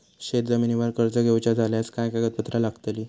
शेत जमिनीवर कर्ज घेऊचा झाल्यास काय कागदपत्र लागतली?